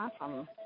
Awesome